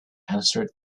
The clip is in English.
answered